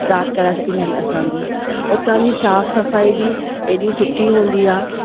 start कराए छॾींदा आहिनि असांजो उतां जी साफ़ु सफ़ाई बि एॾी सूठी हूंदी आहे